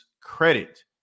credit